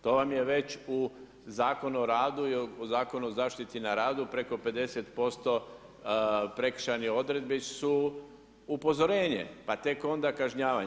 To vam je već u Zakonu o radu i u Zakonu o zaštiti na radu, preko 50% prekršajnih odredbi su upozorenje pa tek onda kažnjavanje.